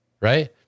right